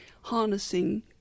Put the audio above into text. harnessing